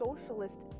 socialist